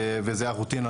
וזה הרוטינה,